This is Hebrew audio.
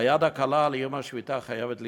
היד הקלה על איום השביתה חייבת להיפסק.